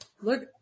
Look